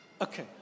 Okay